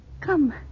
Come